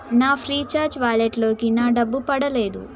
నా ఫ్రీచార్జ్ వ్యాలెట్లోకి నా డబ్బు పడలేదు